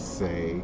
say